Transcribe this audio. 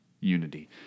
unity